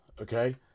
okay